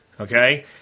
Okay